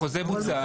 החוזה בוצע.